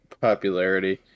popularity